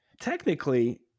Technically